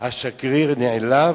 השגריר נעלב?